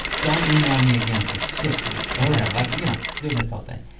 don't email me again for six weeks. oh no like you know doing this whole thing.